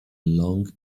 long